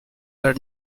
her